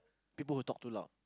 people who talk too loud